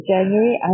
January